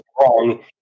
wrong